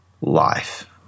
life